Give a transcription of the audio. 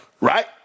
right